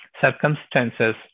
circumstances